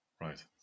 right